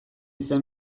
zen